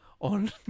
on